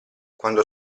quando